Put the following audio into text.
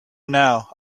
now